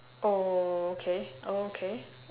oh okay oh okay